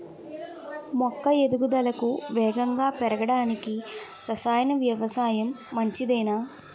మొక్క ఎదుగుదలకు వేగంగా పెరగడానికి, రసాయన వ్యవసాయం మంచిదేనా?